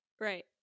Right